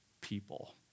people